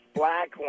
black